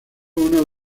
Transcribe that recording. uno